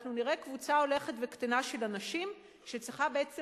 אנחנו נראה קבוצה הולכת וקטנה של אנשים שצריכה בעצם